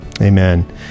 Amen